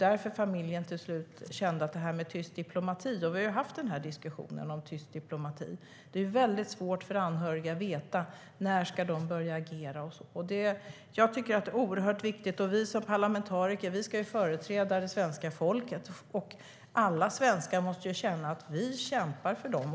Vi har ju haft en diskussion om tyst diplomati, och det är svårt för familj och anhöriga att veta när de ska börja agera. Vi som parlamentariker ska företräda det svenska folket. Alla svenskar måste känna att vi kämpar för dem.